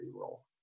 role